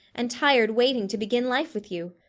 and tired waiting to begin life with you.